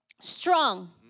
strong